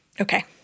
Okay